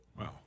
Wow